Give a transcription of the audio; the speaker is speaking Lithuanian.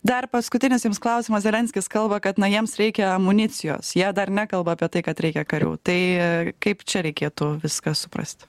dar paskutinis jums klausimas zelenskis kalba kad na jiems reikia amunicijos jie dar nekalba apie tai kad reikia karių tai kaip čia reikėtų viską suprasti